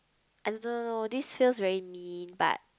i don't know this feels very mean but